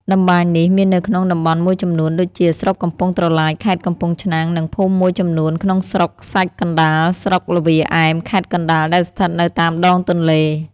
តម្បាញនេះមាននៅក្នុងតំបន់មួយចំនួនដូចជា ស្រុកកំពង់ត្រឡាចខេត្តកំពង់ឆ្នាំង និងភូមិមួយចំនួនក្នុងស្រុកខ្សាច់កណ្តាល ស្រុកល្វាឯម ខេត្តកណ្តាល ដែលស្ថិតនៅតាមដងទន្លេ ។